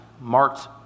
marked